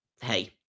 hey